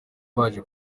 baje